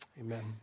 Amen